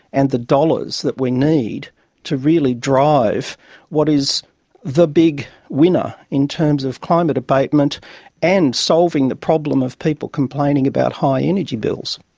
and the dollars that we need to really drive what is the big winner in terms of climate abatement and solving the problem of people complaining about high energy bills.